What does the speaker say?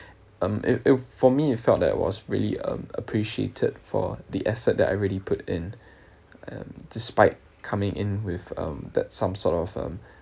um it it for me it felt like it was really a~ appreciated for the effort that I already put in um despite coming in with um that some sort of um